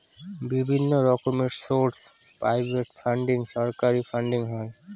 বিভিন্ন রকমের source private funding, সরকারি ফান্ডিং হয়